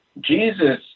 Jesus